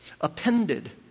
appended